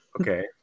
Okay